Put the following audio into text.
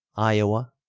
iowa,